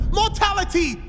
mortality